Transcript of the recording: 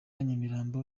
nyamirambo